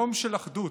יום של אחדות,